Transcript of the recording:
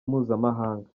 mpuzamahanga